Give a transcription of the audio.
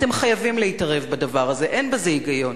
אתם חייבים להתערב בדבר הזה, אין בזה היגיון.